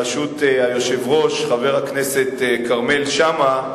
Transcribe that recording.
בראשות היושב-ראש חבר הכנסת כרמל שאמה,